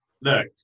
look